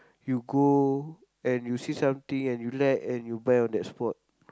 you go and you see something and you like and you buy on that spot